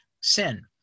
sin